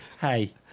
Hey